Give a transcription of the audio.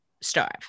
starve